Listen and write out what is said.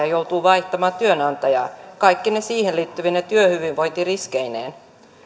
joutuu vaihtamaan työnantajaa kaikkine siihen liittyvine työhyvinvointiriskeineen